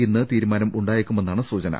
ഇന്ന് തീരുമാനം ഉണ്ടായേക്കുമെന്നാണ് സൂചന